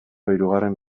hirugarren